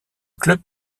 club